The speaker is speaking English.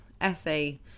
essay